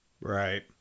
Right